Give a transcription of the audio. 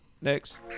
Next